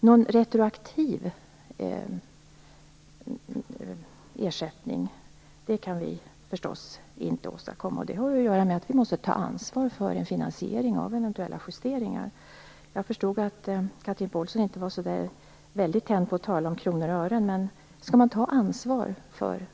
Någon retroaktiv ersättning kan vi förstås inte åstadkomma. Det har att göra med att vi måste ta ansvar för en finansiering av eventuella justeringar. Jag förstod att Chatrine Pålsson inte var så tänd på att tala om kronor och ören. Men skall man ta ansvar för